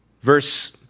Verse